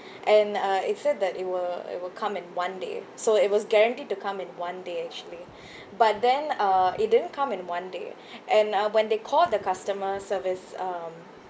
and uh it said that it will it will come in one day so it was guaranteed to come in one day actually but then uh it didn't come in one day and uh when they called the customer service um